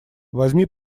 возьми